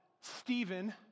Stephen